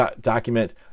Document